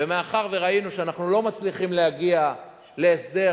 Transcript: ומאחר שראינו שאנחנו לא מצליחים להגיע להסדר,